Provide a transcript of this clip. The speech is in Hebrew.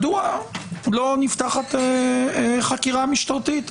מדוע לא נפתחת חקירה משטרתית?